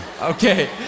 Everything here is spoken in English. Okay